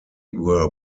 were